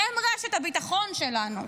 הם רשת הביטחון שלנו.